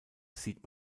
sieht